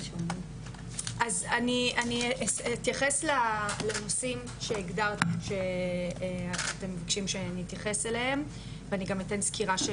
אני אתייחס לנושאים שאתם מבקשים שאתייחס אליהם ואני גם אתן סקירה של